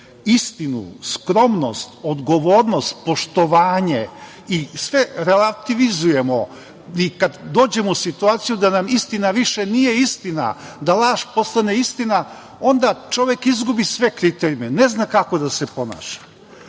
istinu, skromnost, odgovornost, poštovanje i sve relativizujemo, kad dođemo u situaciju da nam istina više nije istina, da laž postane istina, onda čovek izgubi sve kriterijume, ne zna kako da se